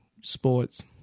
sports